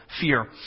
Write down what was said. fear